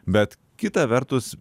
bet kita vertus